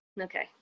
Okay